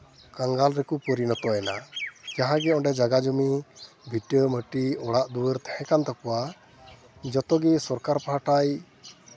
ᱠᱟᱝᱜᱟᱞ ᱨᱮᱠᱚ ᱯᱚᱨᱤᱱᱚᱛᱚᱭᱮᱱᱟ ᱡᱟᱦᱟᱸ ᱜᱮ ᱚᱸᱰᱮ ᱡᱟᱭᱜᱟ ᱡᱚᱢᱤ ᱵᱷᱤᱴᱟᱹ ᱢᱟᱹᱴᱤ ᱚᱲᱟᱜ ᱫᱩᱣᱟᱹᱨ ᱛᱟᱦᱮᱸ ᱠᱟᱱ ᱛᱟᱠᱚᱣᱟ ᱡᱚᱛᱚ ᱜᱮᱭ ᱥᱚᱨᱠᱟᱨ ᱯᱟᱦᱚᱴᱟᱭ